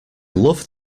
love